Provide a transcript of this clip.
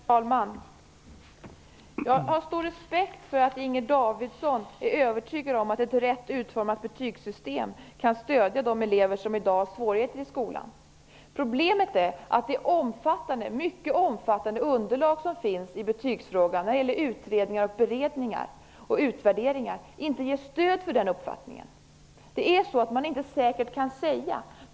Herr talman! Jag har stor respekt för att Inger Davidson är övertygad om att ett rätt utformat betygssystem kan stödja de elever som i dag har svårigheter i skolan. Problemet är att det mycket omfattande underlag som finns i betygsfrågan i form av utredningar, beredningar och utvärderingar inte ger stöd för den uppfattningen. Man kan inte säkert säga hur det förhåller sig.